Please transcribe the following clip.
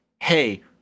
hey